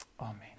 Amen